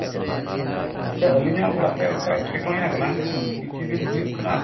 ᱟᱪᱪᱷᱟ ᱟᱪᱪᱷᱟ ᱟᱪᱪᱷᱟ ᱟᱹᱞᱤᱧᱟᱜ ᱚᱲᱟᱜ ᱨᱮ ᱚᱱᱠᱟ ᱮᱴᱠᱮᱴᱚᱬᱮ ᱟᱠᱟᱱᱟ ᱠᱤᱪᱷᱩ ᱫᱤᱱ ᱦᱩᱭᱩᱜ ᱠᱟᱱᱟ